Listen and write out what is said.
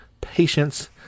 patience